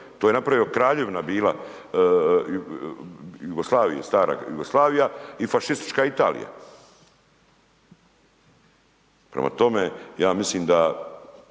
To je napravio, kraljevina bila Jugoslavija, stara Jugoslavija i fašistička Italija. Prema tome, ja mislim da